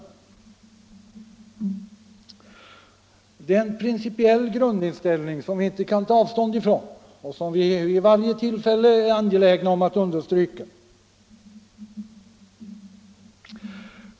Det är en principiell grundinställning som vi inte kan ta avstånd från och som vi vid varje tillfälle är angelägna om att understryka.